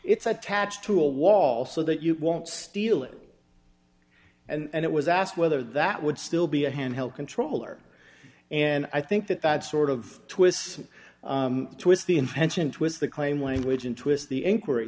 it's attached to a wall so that you won't steal it and it was asked whether that would still be a handheld controller and i think that that sort of twists twist the invention twist the claim language and twist the inquiry